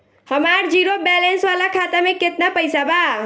हमार zero balance वाला खाता में केतना पईसा बा?